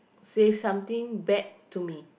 say something bad to me